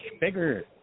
bigger